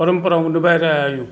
परंपराऊं निभाए रहिया आहियूं